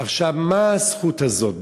עכשיו, מה הזכות הזאת?